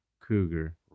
cougar